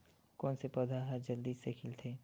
कोन से पौधा ह जल्दी से खिलथे?